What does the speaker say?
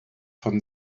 von